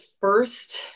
first